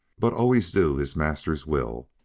but always do his master's will,